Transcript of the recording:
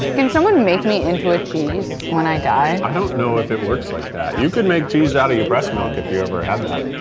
can someone make me into a cheese when i die? i don't know if it works like that. you could make cheese out of your breast milk if you ever had that.